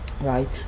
right